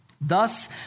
thus